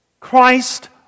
Christ